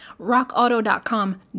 RockAuto.com